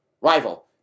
Rival